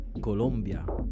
Colombia